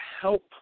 help